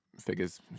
figures